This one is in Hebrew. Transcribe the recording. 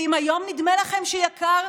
ואם היום נדמה לכם שיקר,